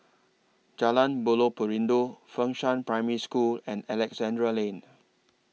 Jalan Buloh Perindu Fengshan Primary School and Alexandra Lane